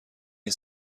این